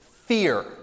fear